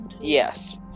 Yes